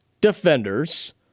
defenders